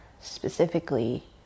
specifically